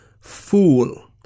fool